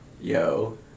Yo